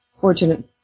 fortunate